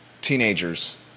teenagers